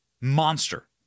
Monster